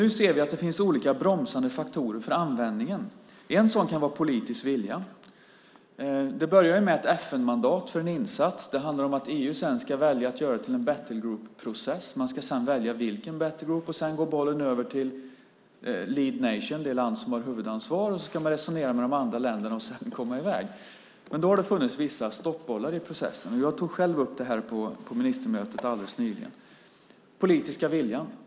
Nu ser vi att det finns olika bromsande faktorer för användningen. En sådan kan vara politisk vilja. Det börjar med ett FN-mandat för en insats. Det handlar om att EU sedan ska välja att göra det till en battlegroup process. Man ska sedan välja battlegroup . Sedan går bollen över till lead nation , det land som har huvudansvaret. Sedan ska man resonera med de andra länderna för att sedan komma i väg. Då har det funnits vissa stoppbollar i processen. Jag tog själv upp det här på ministermötet alldeles nyligen. Det handlar om den politiska viljan.